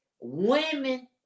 women